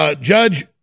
Judge